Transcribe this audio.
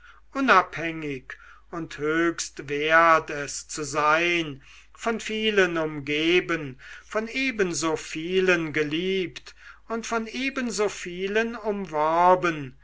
unabhängig und höchst wert es zu sein von vielen umgeben von ebenso vielen geliebt von ebenso vielen umworben